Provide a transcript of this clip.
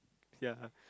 ya